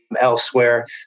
elsewhere